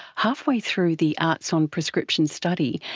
halfway through the arts on prescription study,